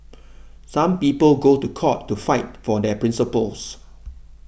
some people go to court to fight for their principles